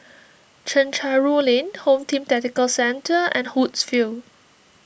Chencharu Lane Home Team Tactical Centre and Woodsville